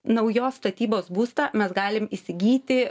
naujos statybos būstą mes galim įsigyti